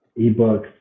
ebooks